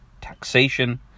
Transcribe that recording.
taxation